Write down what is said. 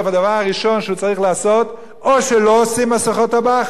או שלא עושים מסכות אב"כ או שנותנים לכל אזרח מסכת אב"כ.